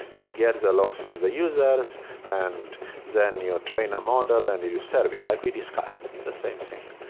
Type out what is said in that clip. you get the logs from the users and then you train a model and you serve it, like we discussed, the same thing.